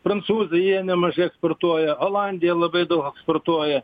prancūzija nemažai eksportuoja olandija labai daug eksportuoja